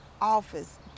office